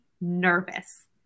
nervous